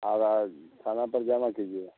और आज थाने पर जाना कीजिए